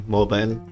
Mobile